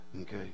okay